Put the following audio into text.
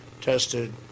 tested